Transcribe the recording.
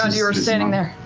um you were standing there.